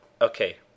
okay